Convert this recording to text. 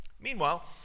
Meanwhile